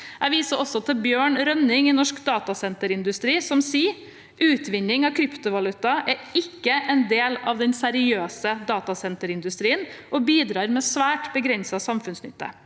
Jeg viser til Bjørn Rønning i Norsk Datasenterindustri, som sier at utvinning av kryptovaluta ikke er en del av den seriøse datasenterindustrien og bidrar med svært begrenset samfunnsnytte.